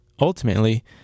Ultimately